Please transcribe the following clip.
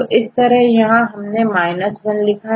तो इस तरह यहां हमने माइनस वन लिखा है